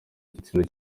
igitsina